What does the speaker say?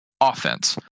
offense